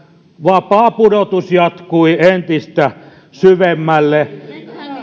vapaapudotus jatkui entistä syvemmälle